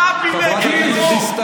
אתה אמרת, אתה הפילגש.